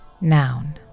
Noun